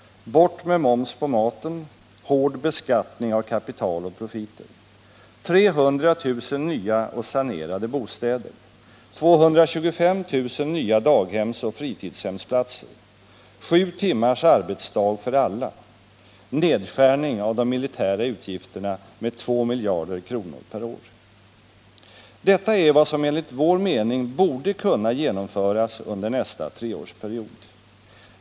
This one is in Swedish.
Bort med moms på maten. Hård beskattning av kapital och profiter. 300 000 nya och sanerade bostäder. 225 000 nya daghemsoch fritidshemsplatser. Sju timmars arbetsdag för alla. Nedskärning av de militära utgifterna med 2 miljarder kronor per år. Detta är vad som enligt vår mening borde kunna genomföras under nästa treårsperiod.